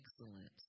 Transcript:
excellence